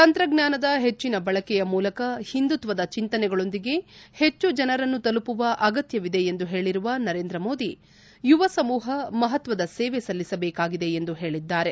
ತಂತ್ರಜ್ಞಾನದ ಹೆಚ್ಚಿನ ಬಳಕೆಯ ಮೂಲಕ ಹಿಂದುತ್ತದ ಚಿಂತನೆಗಳೊಂದಿಗೆ ಹೆಚ್ಚು ಜನರನ್ನು ತಲುಪುವ ಅಗತ್ಯವಿದೆ ಎಂದು ಹೇಳಿರುವ ನರೇಂದ್ರ ಮೋದಿ ಯುವ ಸಮೂಹ ಮಹತ್ವದ ಸೇವೆ ಸಲ್ಲಿಸಬೇಕಾಗಿದೆ ಎಂದು ಹೇಳಿದ್ದಾರೆ